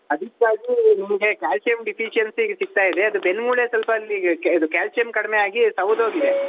ಅದಕ್ಕಾಗಿ ನಿಮಗೆ ಕ್ಯಾಲ್ಸಿಯಮ್ ಡಿಫಿಷಿಯನ್ಸಿಗೆ ಸಿಗ್ತಾ ಇದೆ ಅದು ಬೆನ್ನು ಮೂಳೆ ಸ್ವಲ್ಪ ಅಲ್ಲಿಗೆ ಕ್ಯ ಇದು ಕ್ಯಾಲ್ಸಿಯಮ್ ಕಡಿಮೆ ಆಗಿ ಸವ್ದು ಹೋಗಿದೆ